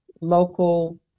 local